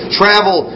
travel